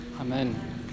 Amen